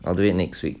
I'll do it next week